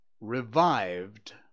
revived